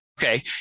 Okay